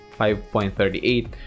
5.38